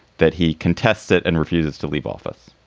that he contests it and refuses to leave office?